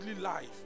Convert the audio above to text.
life